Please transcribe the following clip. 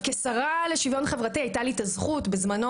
כשרה לשיוויון חברתי הייתה לי הזכות לעסוק בזה בזמנו